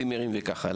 צימרים וכו',